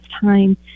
time